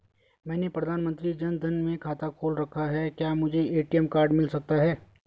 मैंने प्रधानमंत्री जन धन में खाता खोल रखा है क्या मुझे ए.टी.एम कार्ड मिल सकता है?